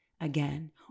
again